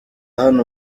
hano